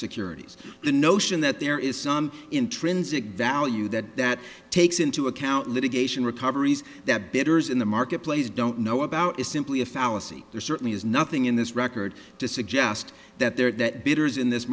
securities the notion that there is some intrinsic value that that takes into account litigation recoveries that bidders in the marketplace don't know about is simply a fallacy there certainly is nothing in this record to suggest that there are that bidders in this